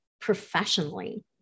professionally